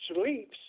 sleeps